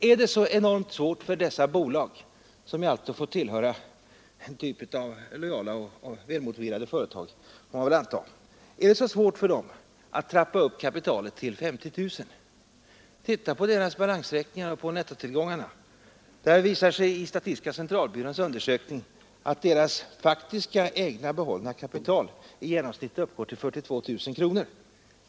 Är det så enormt svårt för dessa bolag, som alltså tillhör en typ av legala och välmotiverade företag får man anta, att trappa upp kapitalet till 50 000 kronor? Se på deras balansräkningar och nettotillgångar. Statistiska centralbyråns undersökning visar att deras faktiska egna kapital i genomsnitt uppgår till 42 000 kronor.